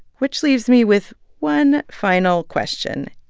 which leaves me with one final question.